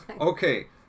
Okay